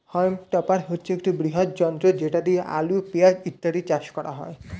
হল্ম টপার হচ্ছে একটি বৃহৎ যন্ত্র যেটা দিয়ে আলু, পেঁয়াজ ইত্যাদি চাষ করা হয়